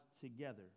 together